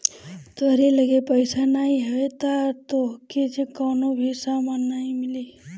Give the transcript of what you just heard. तोहरी लगे पईसा नाइ हवे तअ तोहके कवनो भी सामान नाइ मिली